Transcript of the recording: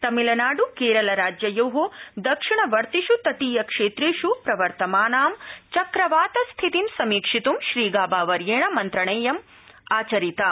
तमिलनाड् केरल राज्ययोः दक्षिण वर्तिष् तटीय क्षेत्रेष् प्रवर्तमानां चक्रवात स्थितिं समीक्षित्ं श्रीगाबावर्येण मन्त्रणेयं आचरिता